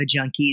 junkies